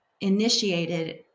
initiated